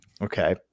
Okay